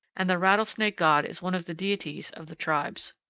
and the rattlesnake god is one of the deities of the tribes.